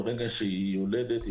ברגע שהיא יולדת,